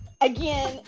Again